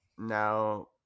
Now